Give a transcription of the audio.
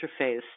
interface